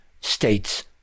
States